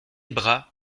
bras